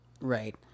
Right